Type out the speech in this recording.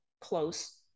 close